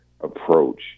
approach